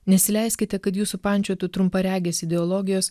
nesileiskite kad jus supančiotų trumparegės ideologijos